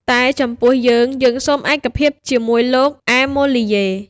តែចំពោះយើងៗសូមឯកភាពជាមួយលោក អែម៉ូលីយេ។